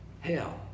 Hell